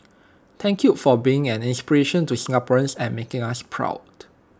thank you for being an inspiration to Singaporeans and making us proud